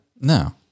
No